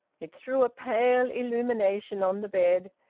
it threw a pale illumination on the bed,